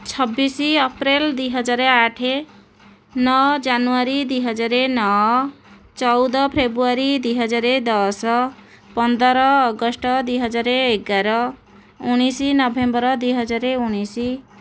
ଛବିଶ ଅପ୍ରେଲ ଦୁଇ ହଜାର ଆଠ ନଅ ଜାନୁଆରୀ ଦୁଇ ହଜାର ନଅ ଚଉଦ ଫେବୃଆରୀ ଦୁଇ ହଜାର ଦଶ ପନ୍ଦର ଅଗଷ୍ଟ ଦୁଇ ହଜାର ଏଗାର ଉଣେଇଶ ନଭେମ୍ବର ଦୁଇ ହଜାର ଉଣେଇଶ